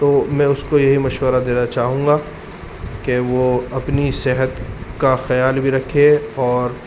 تو میں اس کو یہی مشورہ دینا چاہوں گا کہ وہ اپنی صحت کا خیال بھی رکھے اور